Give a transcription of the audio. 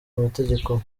amategeko